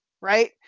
right